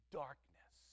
darkness